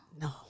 No